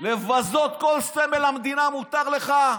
לבזות כל סמל של המדינה מותר לך.